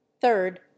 Third